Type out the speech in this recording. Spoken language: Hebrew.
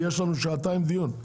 יושב-ראש ועדת הכלכלה לשעבר.